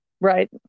Right